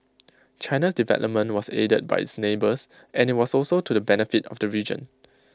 China's development was aided by its neighbours and IT was also to the benefit of the region